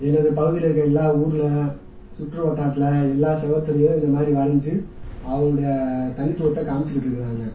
எனது பகுதியில் இருக்கற எல்லா ஊரில் சுற்று வட்டாரத்தில் எல்லா சுவத்துலயும் இந்த மாதிரி வரைஞ்சி அவர்களோடைய தனித்துவத்தை காமிச்சுக்கிட்டு இருக்கிறாங்க